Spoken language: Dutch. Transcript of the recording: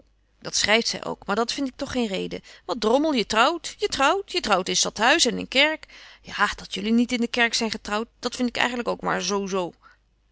dat schrijft zij ook maar dat vind ik toch geen reden wat drommel je trouwt je trouwt je trouwt in stadhuis en in kerk ja dat jullie niet in de kerk zijn getrouwd dat vind ik eigenlijk ook maar